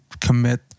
commit